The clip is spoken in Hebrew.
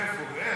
איפה?